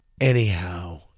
Anyhow